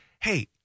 hey